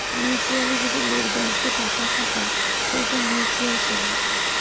mutually যদি লোক bank এ টাকা খাতায় সৌটা মিউচুয়াল সেভিংস